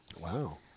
Wow